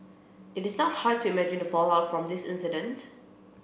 it is not hard to imagine the fallout from this incident